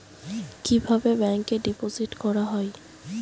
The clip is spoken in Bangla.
কিভাবে ব্যাংকে ডিপোজিট করা হয়?